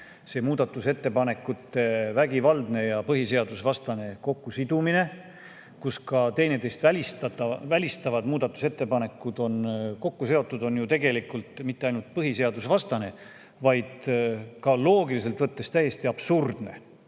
muudatusettepanekute vägivaldne ja põhiseadusvastane kokkusidumine – ka teineteist välistavad muudatusettepanekud on kokku seotud – on ju tegelikult mitte ainult põhiseadusvastane, vaid ka loogiliselt võttes täiesti absurdne.